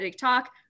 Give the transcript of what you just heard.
talk